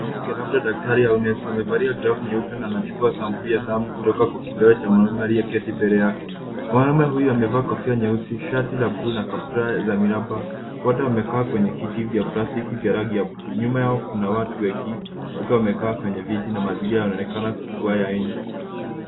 Mwanamke labda daktari au nesi. Amevalia glavu nyeupe na anachukua sampuli ya damu kutoka kwa kidole cha mwanaume aliyeketi mbele yake. Mwanaume huyo amevaa kofia nyeusi, shati la bluu na kaptura za miraba. Wote wamekaa kwenye kiti vya plastiki cha rangi ya bluu. Nyuma yao kuna watu wengi wakiwa wamekaa kwenye viti na mazingira yanaonekana kuwa ya nje.